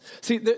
See